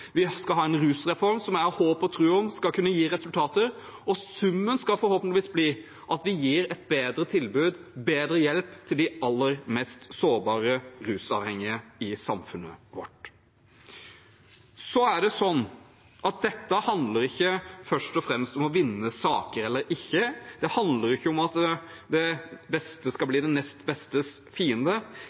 vi skal ha en rusreform som jeg håper og tror skal kunne gi resultater. Summen av dette skal forhåpentligvis bli at vi gir et bedre tilbud og bedre hjelp til de aller mest sårbare rusavhengige i samfunnet vårt. Dette handler ikke først og fremst om å vinne saker eller ikke. Det handler ikke om at det beste skal bli det nest bestes fiende.